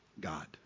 God